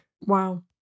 Wow